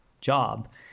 job